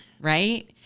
Right